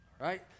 Right